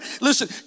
Listen